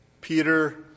Peter